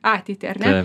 ateitį ar ne